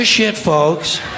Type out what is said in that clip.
folks